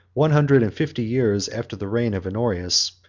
one hundred and fifty years after the reign of honorius,